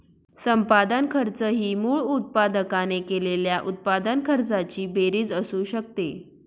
संपादन खर्च ही मूळ उत्पादकाने केलेल्या उत्पादन खर्चाची बेरीज असू शकते